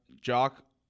Jock